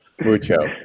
Mucho